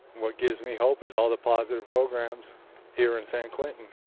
what gives me hope is all the positive programs here in san quentin.